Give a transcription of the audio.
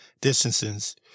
distances